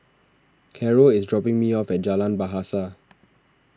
Carroll is dropping me off at Jalan Bahasa